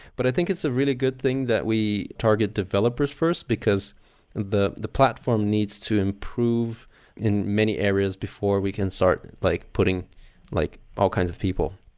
but i think it's a really good thing that we target developers first, because the the platform needs to improve in many areas before we can start like putting like all kinds of people.